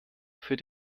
für